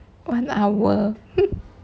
one hour